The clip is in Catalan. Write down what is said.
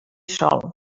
sol